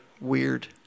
weird